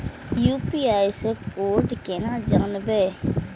UPI से code केना जानवै?